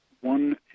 one